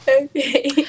Okay